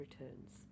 returns